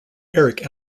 eric